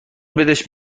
بدش